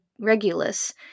Regulus